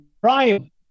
prime